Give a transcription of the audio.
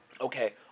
okay